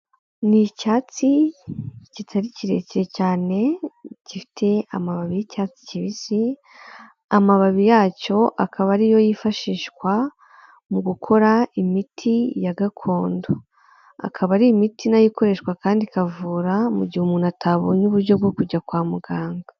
Ni icyatsi kitari kirekire cyane, gifite amababi y'icyatsi kibisi, amababi yacyo akaba ari yo yifashishwa mu gukora imiti ya gakondo. Akaba ari imiti na yo ikoreshwa kandi ikavura, mu gihe umuntu atabonye uburyo bwo kujya kwa muganga.